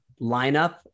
lineup